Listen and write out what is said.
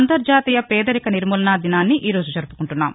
అంతర్జాతీయ పేదరిక నిర్మూలన దినాన్ని ఈరోజు జరుపుకుంటున్నాం